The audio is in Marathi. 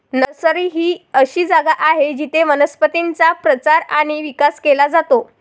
नर्सरी ही अशी जागा आहे जिथे वनस्पतींचा प्रचार आणि विकास केला जातो